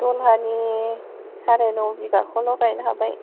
दहलानि साराय न' बिगाखौल' गायनो हाबाय